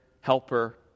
helper